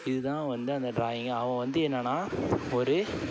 இது தான் வந்து அந்த டிராயிங்கு அவன் வந்து என்னென்னா ஒரு